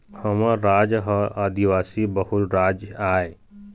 हमर राज ह आदिवासी बहुल राज आय